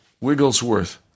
Wigglesworth